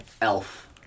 Elf